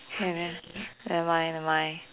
okay then never mind never mind